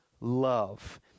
love